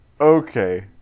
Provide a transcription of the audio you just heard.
Okay